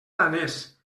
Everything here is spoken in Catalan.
aranès